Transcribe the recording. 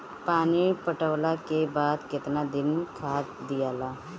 पानी पटवला के बाद केतना दिन खाद दियाला?